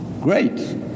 Great